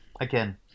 again